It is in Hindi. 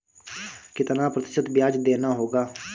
कितना प्रतिशत ब्याज देना होगा?